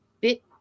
bit